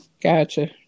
Gotcha